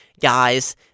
guys